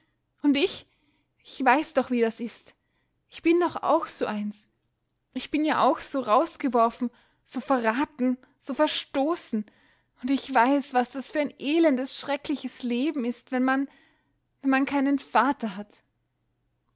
und ich ich weiß doch wie das ist ich bin doch auch so eins ich bin ja auch so rausgeworfen so verraten so verstoßen und ich weiß was das für ein elendes schreckliches leben ist wenn man wenn man keinen vater hat